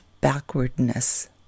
backwardness